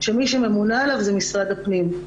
שמי שממונה עליו זה משרד הפנים.